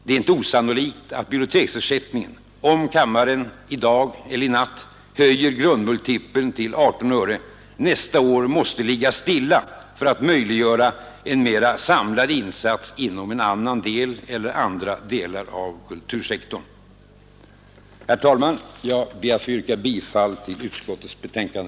Det är inte osannolikt att biblioteksersättningen — om kammaren i natt höjer grundmultipeln till 18 öre — nästa år måste ligga stilla för att möjliggöra en mera samlad insats inom en annan del eller andra delar av kultursektorn. Herr talman! Jag ber att få yrka bifall till utskottets hemställan.